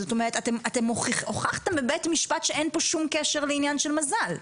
זאת אומרת אתם הוכחתם בבית משפט שאין פה שום קשר לעניין של מזל.